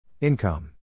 Income